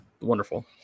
Wonderful